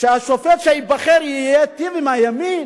שהשופט שייבחר ייטיב עם הימין,